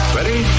Ready